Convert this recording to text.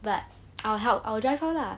but I'll help I will drive her lah